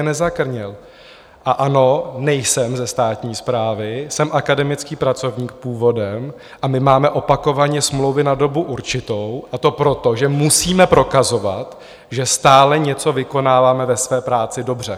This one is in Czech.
A ano, nejsem ze státní správy, jsem akademický pracovník původem a my máme opakovaně smlouvy na dobu určitou, a to proto, že musíme prokazovat, že stále něco vykonáváme ve své práci dobře.